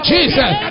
Jesus